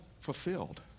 fulfilled